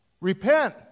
Repent